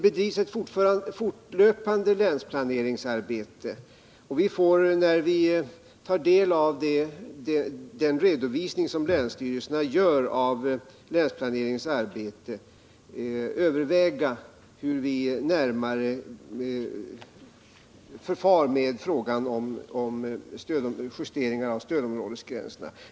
Ett fortlöpande länsplaneringsarbete bedrivs, och när vi har tagit del av den redovisning som länsstyrelserna ger i länsplaneringens arbete får vi närmare överväga hur vi skall förfara med en justering av stödområdesgränserna.